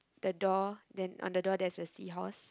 the door then on the door there's a seahorse